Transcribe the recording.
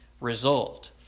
result